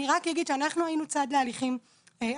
אני רק אומר שאנחנו היינו צד להליכים השונים.